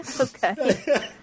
Okay